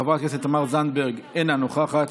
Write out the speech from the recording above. חברת הכנסת תמר זנדברג, אינה נוכחת.